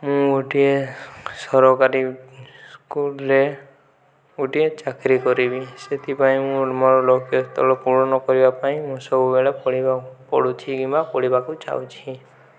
ମୁଁ ଗୋଟିଏ ସରକାରୀ ସ୍କୁଲରେ ଗୋଟିଏ ଚାକିରି କରିବି ସେଥିପାଇଁ ମୁଁ ମୋର ଲକ୍ଷ୍ୟସ୍ଥଳ ପୂରଣ କରିବା ପାଇଁ ମୁଁ ସବୁବେଳେ ପଢ଼ୁଛି କିମ୍ବା ପଢ଼ିବାକୁ ଚାହୁଁଛି